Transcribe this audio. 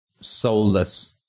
soulless